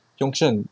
yong shen